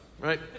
right